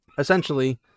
Essentially